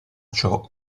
ciò